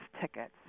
tickets